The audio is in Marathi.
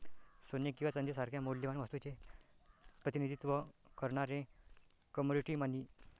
सोने किंवा चांदी सारख्या मौल्यवान वस्तूचे प्रतिनिधित्व करणारे कमोडिटी मनी